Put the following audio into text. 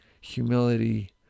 humility